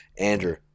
Andrew